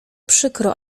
przykro